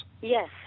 Yes